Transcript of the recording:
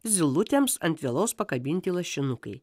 zylutėms ant vielos pakabinti lašinukai